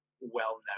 well-known